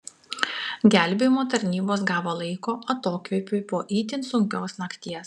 gelbėjimo tarnybos gavo laiko atokvėpiui po itin sunkios nakties